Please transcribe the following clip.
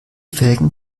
felgen